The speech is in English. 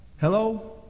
Hello